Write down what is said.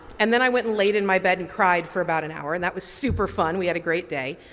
and then i went and laid in my bed and cried for about an hour. and that was super fun, we had a great day.